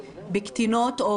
בבקשה, חבר הכנסת סונדוס